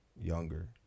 younger